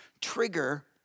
trigger